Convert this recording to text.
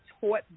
taught